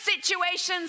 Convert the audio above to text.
situations